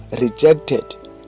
rejected